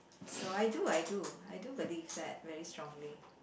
so I do I do I do believe that very strongly